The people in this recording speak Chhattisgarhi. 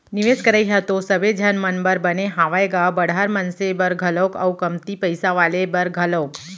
निवेस करई ह तो सबे झन मन बर बने हावय गा बड़हर मनसे बर घलोक अउ कमती पइसा वाले बर घलोक